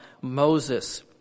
Moses